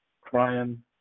Crying